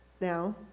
now